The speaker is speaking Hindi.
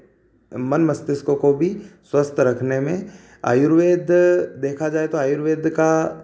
मन मस्तिष्कों को भी स्वस्थ रखने में आयुर्वेद देखा जाए तो आयुर्वेद का